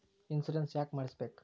Insurance ಯಾಕ್ ಮಾಡಿಸಬೇಕು?